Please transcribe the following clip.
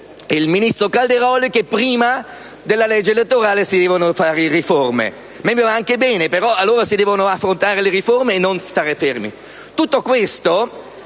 il ministro Calderoli, e cioè che prima della legge elettorale si devono fare le riforme. Mi va anche bene, però allora si devono affrontare le riforme, non si deve stare fermi.